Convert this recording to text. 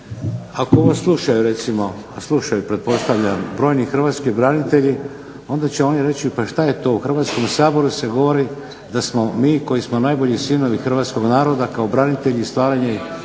ako ovo slušaju recimo, slušaju pretpostavljam brojni hrvatski branitelji onda će oni reći pa šta je to u Hrvatskom saboru se govori da smo mi koji smo najbolji sinovi hrvatskoga naroda kao branitelji i stvaratelji Hrvatske…